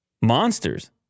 monsters